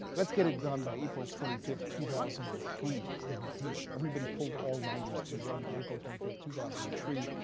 let's get it done by april twenty five, two thousand and three. and we did. everybody pulled all-nighters to be done by april twenty five, two thousand and three.